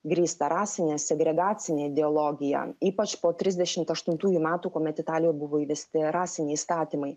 grįstą rasine segregacine ideologija ypač po trisdešimt aštuntųjų metų kuomet italijoj buvo įvesti rasiniai įstatymai